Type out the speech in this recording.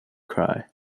cry